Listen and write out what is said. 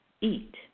eat